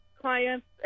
Clients